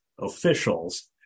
officials